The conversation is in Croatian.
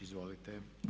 Izvolite.